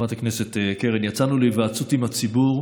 חברת הכנסת קרן, יצאנו להיוועצות עם הציבור,